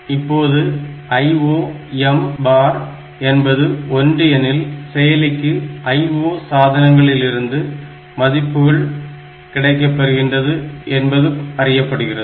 இப்போது IOM bar IOM bar என்பது 1 எனில் செயலிக்கு IO சாதனங்களில் இருந்து மதிப்புகள் கிடைக்கப்பெறுகிறது என்பது அறியப்படுகிறது